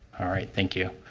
all right. thank you.